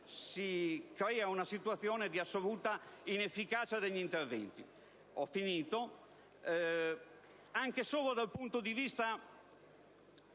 si crea una situazione di assoluta inefficacia degli interventi, anche solo dal punto di vista